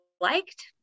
liked